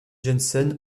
jensen